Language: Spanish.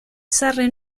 sarre